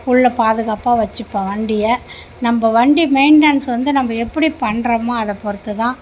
உள்ளே பாதுகாப்பாக வச்சுப்பேன் வண்டியை நம்ம வண்டியை மெயின்டன்ஸ் வந்து நம்ம எப்படி பண்ணுறமோ அதைப் பொருத்துதான்